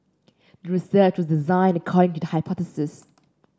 the research was designed according to the hypothesis